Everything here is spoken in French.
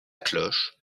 cloche